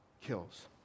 kills